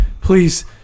please